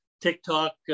TikTok